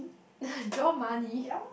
draw money